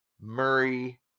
Murray